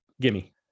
gimme